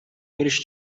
eles